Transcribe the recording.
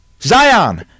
Zion